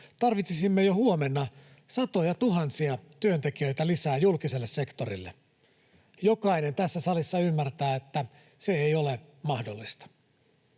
tarvitsisimme jo huomenna satojatuhansia työntekijöitä lisää julkiselle sektorille. Jokainen tässä salissa ymmärtää, että se ei ole mahdollista.